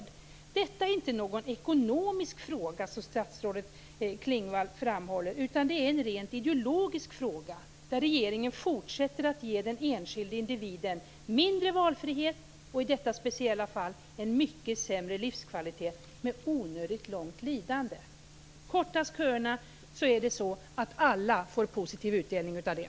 Men detta är inte någon ekonomisk fråga, som statsrådet Klingvall framhåller. Det är en rent ideologisk fråga, där regeringen fortsätter att ge den enskilda individen mindre valfrihet och i detta speciella fall en mycket sämre livskvalitet med onödigt långt lidande. Kortas köerna får alla positiv utdelning av det.